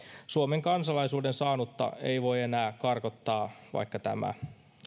suomen kansalaisuuden saanutta ei voi enää karkottaa vaikka tämä